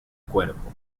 cuerpo